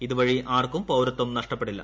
ഇതുവഴി ആർക്കും പൌരത്വം നഷ്ടപ്പെടില്ല